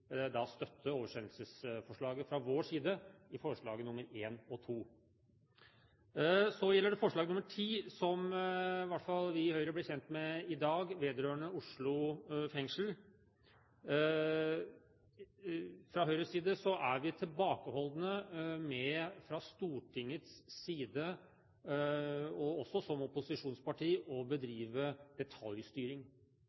fra vår side støtte oversendelsesforslaget som gjelder forslagene nr. 1 og 2. Så gjelder det forslag nr. 10, som i alle fall vi i Høyre ble kjent med i dag, vedrørende Oslo fengsel. Fra Høyres side er vi, også som opposisjonsparti, tilbakeholdne med fra Stortingets side å bedrive detaljstyring. At Stortinget her inviteres til å